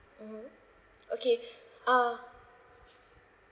mmhmm okay uh